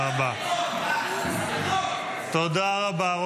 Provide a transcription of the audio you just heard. תודה רבה.